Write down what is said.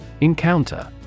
Encounter